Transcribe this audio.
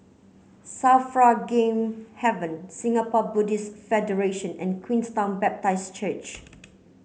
SAFRA Game Haven Singapore Buddhist Federation and Queenstown Baptist Church